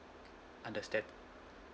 understand